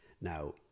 now